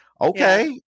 Okay